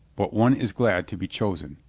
but one is glad to be chosen.